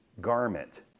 garment